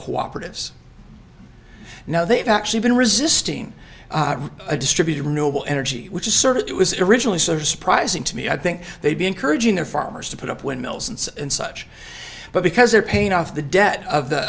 cooperatives now they've actually been resisting a distributed noble energy which asserted it was originally sort of surprising to me i think they'd be encouraging their farmers to put up windmills and such but because they're paying off the debt of the